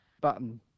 button